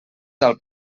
alt